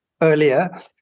earlier